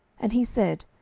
and he said,